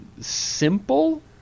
simple